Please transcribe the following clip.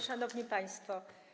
Szanowni Państwo!